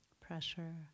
pressure